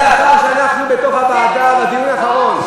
זה היה לאחר שאנחנו, בתוך הוועדה, בדיון האחרון.